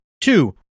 Two